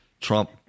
Trump